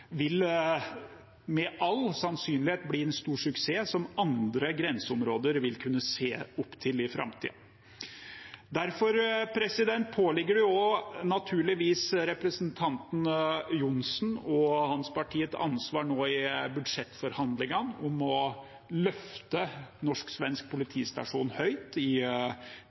med all sannsynlighet vil bli en stor suksess, som andre grenseområder vil kunne se opp til i framtiden. Derfor påligger det også naturligvis representanten Johnsen og hans parti et ansvar nå i arbeidet med budsjettforhandlingene for å løfte norsk-svensk politistasjon høyt